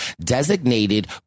designated